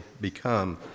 become